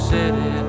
City